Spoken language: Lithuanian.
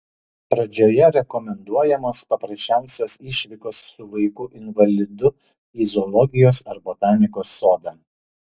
pradžioje rekomenduojamos paprasčiausios išvykos su vaiku invalidu į zoologijos ar botanikos sodą